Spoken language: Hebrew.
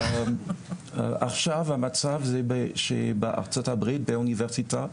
עכשיו, המצב הוא שארצות הברית באוניברסיטה,